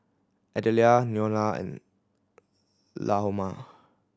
Adelia Neola and Lahoma